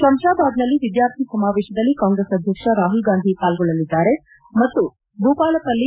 ಶಂಶಾಬಾದ್ನಲ್ಲಿ ವಿದ್ಯಾರ್ಥಿ ಸಮಾವೇಶದಲ್ಲಿ ಕಾಂಗ್ರೆಸ್ ಅಧ್ಯಕ್ಷ ರಾಹುಲ್ ಗಾಂಧಿ ಪಾಲ್ಗೊಳ್ಳಲಿದ್ದಾರೆ ಮತ್ತು ಭೂಪಾಲಪಲ್ಲಿ